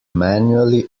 manually